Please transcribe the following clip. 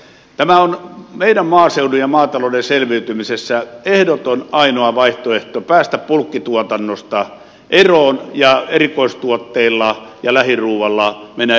tämä on meidän maaseudun ja maatalouden selviytymisessä ehdoton ainoa vaihtoehto päästä bulkkituotannosta eroon ja erikoistuotteilla ja lähiruualla mennä eteenpäin